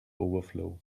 overflow